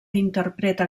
interpreta